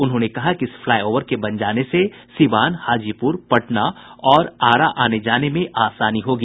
उन्होंने कहा कि इस फ्लाईओवर के बन जाने से सीवान हाजीपुर पटना और आरा आनेजाने में आसानी होगी